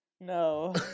No